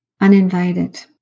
uninvited